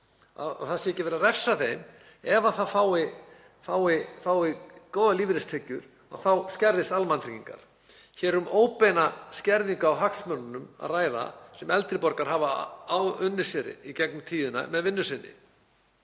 það sé ekki verið að refsa þeim ef það fær góðar lífeyristekjur með því að þá skerðist almannatryggingar. Hér er um óbeina skerðingu á hagsmunum að ræða sem eldri borgarar hafa áunnið sér í gegnum tíðina með vinnu sinni.